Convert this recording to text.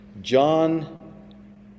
John